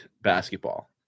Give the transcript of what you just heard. basketball